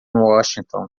washington